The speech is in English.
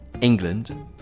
England